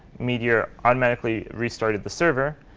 meteor automatically restarted the server,